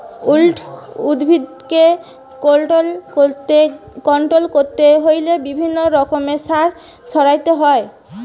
weed উদ্ভিদকে control করতে হইলে বিভিন্ন রকমের সার ছড়াতে হয়